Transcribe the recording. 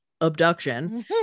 abduction